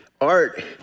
art